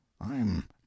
I'm